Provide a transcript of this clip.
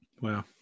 Wow